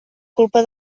culpa